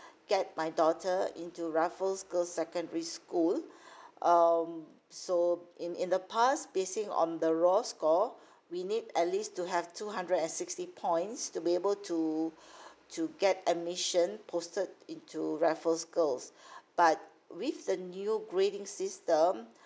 get my daughter into raffles girls secondary school um so in in the past basing on the raw score we need at least to have two hundred and sixty points to be able to to get admission posted into raffles girls but with the new grading system